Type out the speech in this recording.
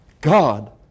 God